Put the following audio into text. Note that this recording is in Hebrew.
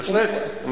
בהחלט.